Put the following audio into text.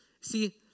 See